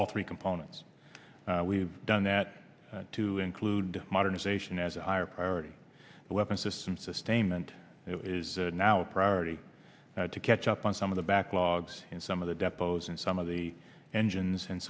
all three components we've done that to include modern ation as a higher priority weapon system sustainment it is now a priority now to catch up on some of the backlogs and some of the depos and some of the engines and